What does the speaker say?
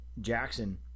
Jackson